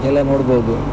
ಎಲ್ಲ ನೋಡ್ಬೋದು